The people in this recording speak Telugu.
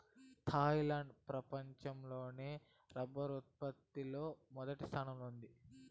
థాయిలాండ్ ప్రపంచం లోనే రబ్బరు ఉత్పత్తి లో మొదటి స్థానంలో ఉంది